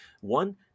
One